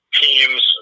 teams